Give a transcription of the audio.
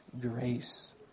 grace